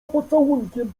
pocałunkiem